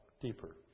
Deeper